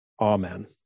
Amen